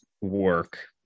work